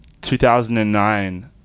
2009